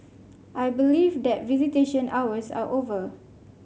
I believe that visitation hours are over